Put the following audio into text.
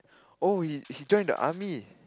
oh he he join the army